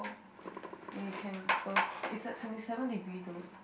you can go it's at twenty seven degree though